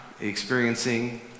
experiencing